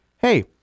hey